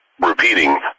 Repeating